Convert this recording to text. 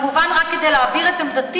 וכמובן, כמובן, רק כדי להבהיר את עמדתי: